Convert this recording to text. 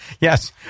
Yes